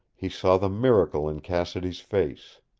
he saw the miracle in cassidy's face.